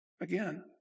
Again